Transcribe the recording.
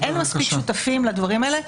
אין מספיק שותפים לדברים האלה.